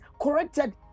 corrected